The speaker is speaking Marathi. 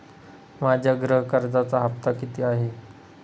माझ्या गृह कर्जाचा हफ्ता किती आहे?